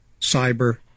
cyber